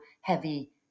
heavy